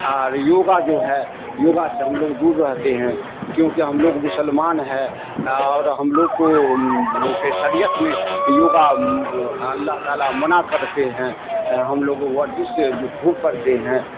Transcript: اور یوگا جو ہے یوگا سے ہم لوگ دور رہتے ہیں کیونکہ ہم لوگ مسلمان ہے اور ہم لوگ کو کے سریت میں یوگا اللہ تعالیٰ منع کرتے ہیں ہم لوگ ورزش خوب کرتے ہیں